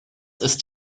ist